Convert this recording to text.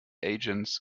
agents